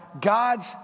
God's